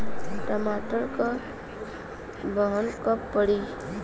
टमाटर क बहन कब पड़ी?